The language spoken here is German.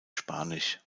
spanisch